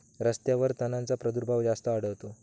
रस्त्यांवर तणांचा प्रादुर्भाव जास्त आढळतो